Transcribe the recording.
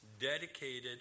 dedicated